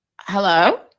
Hello